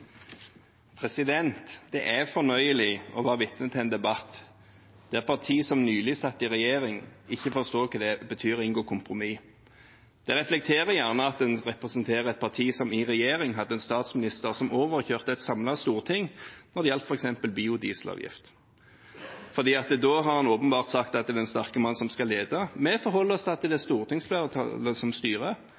Det er fornøyelig å være vitne til en debatt der partier som nylig satt i regjering, ikke forstår hva det betyr å inngå kompromiss. Det reflekterer gjerne at en representerer et parti som i regjering hadde en statsminister som overkjørte et samlet storting når det gjaldt f.eks. biodieselavgift. Da har en åpenbart sagt at det er den sterke mann som skal lede. Vi forholder oss til at det er stortingsflertallet som styrer.